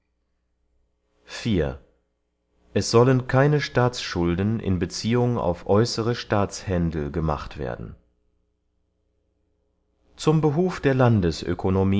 es sollen keine staatsschulden in beziehung auf äußere staatshändel gemacht werden zum behuf der